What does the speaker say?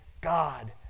God